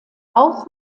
auch